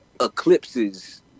eclipses